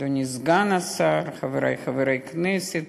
אדוני סגן השר, חברי חברי הכנסת,